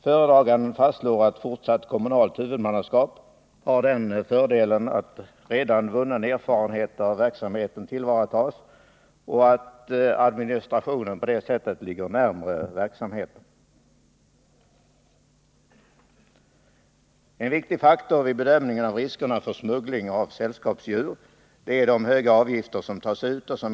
Föredraganden fastslår att fortsatt kommunalt huvudmannaskap har den fördelen att redan vunnen erfarenhet av verksamheten tillvaratas och att administrationen på det sättet ligger närmare verksamheten. Nr 110 En viktig faktor vid bedömningen av riskerna för smuggling av sällskaps Onsdagen den djur är de höga avgifter som tas ut.